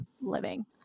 living